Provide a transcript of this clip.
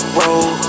roll